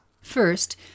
First